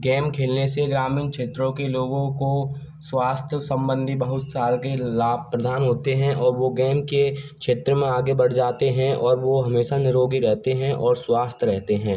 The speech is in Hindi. गेम खेलने से ग्रामीण क्षेत्रों के लोगों को स्वास्थ्य सम्बन्धी बहुत साल के लाभ प्रदान होते हैं और वह गेम के क्षेत्र में आगे बढ़ जाते हैं और वह हमेशा निरोगी रहते हैं और स्वस्थ रहते हैं